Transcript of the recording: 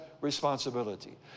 responsibility